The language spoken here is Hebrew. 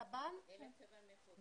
מוסלמים ועוד שלושה-ארבעה שאני לא זוכר את